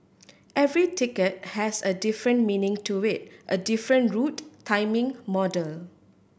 every ticket has a different meaning to it a different route timing model